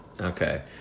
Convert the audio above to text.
Okay